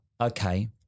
okay